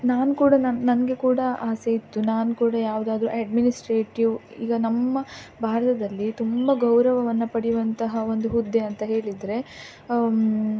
ನಾನು ಕೂಡ ನನ್ನ ನನಗೆ ಕೂಡ ಆಸೆಯಿತ್ತು ನಾನು ಕೂಡ ಯಾವುದಾದ್ರು ಅಡ್ಮಿನಿಸ್ಟ್ರೇಟಿವ್ ಈಗ ನಮ್ಮ ಭಾರತದಲ್ಲಿ ತುಂಬ ಗೌರವವನ್ನು ಪಡೆಯುವಂತಹ ಒಂದು ಹುದ್ದೆ ಅಂತ ಹೇಳಿದರೆ